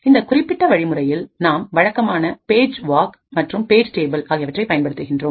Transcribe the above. இந்த குறிப்பிட்ட வழிமுறையில் நாம் வழக்கமான பேஜ் வாக் மற்றும் பேஜ் டேபிள் ஆகியவற்றை பயன்படுத்துகின்றோம்